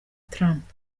trump